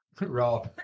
Raw